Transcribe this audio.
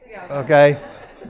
okay